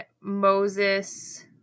Moses